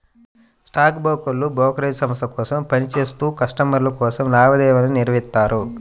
stock బ్రోకర్లు brokerage సంస్థ కోసం పని చేత్తూ కస్టమర్ల కోసం లావాదేవీలను నిర్వహిత్తారు